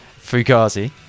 Fugazi